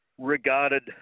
regarded